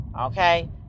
okay